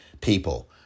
people